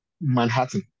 manhattan